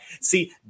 see